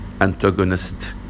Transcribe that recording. antagonist